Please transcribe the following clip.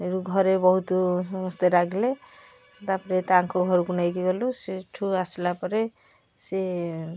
ସେଇଠୁ ଘରେ ବହୁତ ସମସ୍ତେ ରାଗିଲେ ତା'ପରେ ତାଙ୍କ ଘରକୁ ନେଇକି ଗଲୁ ସେଠୁ ଆସିଲା ପରେ ସେ